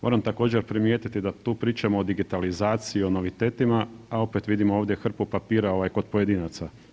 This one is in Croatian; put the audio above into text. Moram također primijetiti da tu pričamo o digitalizaciji, o novitetima, a opet vidimo ovdje hrpu papira ovaj kod pojedinaca.